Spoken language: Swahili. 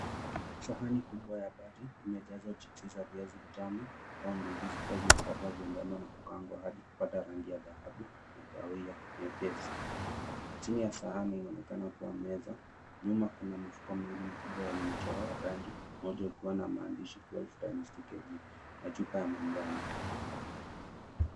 Sahani kubwa ya bati imejazwa chipsi za viazi tamu ambazo mizizi ikiwa imekatwa na kikaangwa hadi kupata rangi ya dhahabu na kahawia nyepesi. Chini ya sahani inaonekana kwa meza. Nyuma kuna mifuko miwili mkubwa wenye michoro ya rangi moja ukiwa na maandishi ya, "12×2kg," na chupa ya manjano.